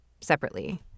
separately